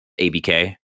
ABK